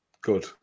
Good